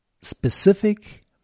specific